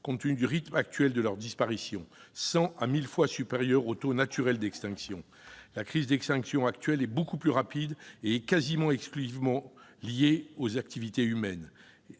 compte tenu du rythme actuel de leur disparition, cent à mille fois supérieur au taux naturel d'extinction. La crise d'extinction actuelle est bien plus rapide, et elle est quasi exclusivement liée aux activités humaines.